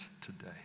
today